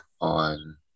on